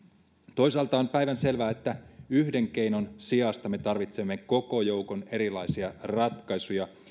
toisaalta on päivänselvää että yhden keinon sijasta me tarvitsemme koko joukon erilaisia ratkaisuja